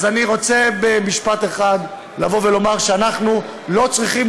אז אני רוצה במשפט אחד לבוא ולומר שאנחנו לא צריכים